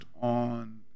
on